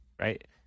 right